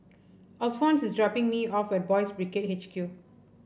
Alphons is dropping me off at Boys' Brigade H Q